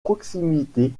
proximité